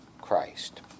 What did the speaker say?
Christ